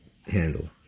handle